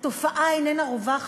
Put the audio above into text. התופעה איננה רווחת.